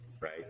Right